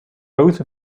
both